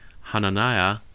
Hananiah